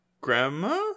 Grandma